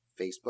Facebook